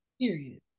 Period